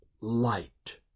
light